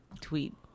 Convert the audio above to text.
tweet